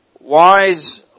wise